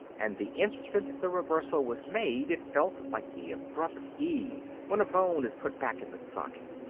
and the instant the reversal was made it felt like the abrupt ease when a bone is put back in the socket.